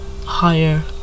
higher